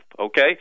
Okay